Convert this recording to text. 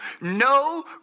no